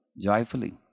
joyfully